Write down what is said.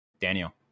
Daniel